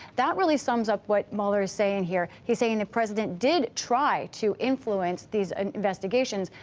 that really sums up what mueller is saying here. he's saying the president did try to influence these investigations,